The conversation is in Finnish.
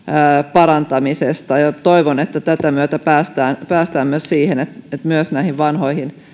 parantamisesta ja toivon että tämän myötä päästään päästään myös siihen että näihin vanhoihin